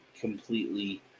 completely